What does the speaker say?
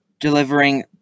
delivering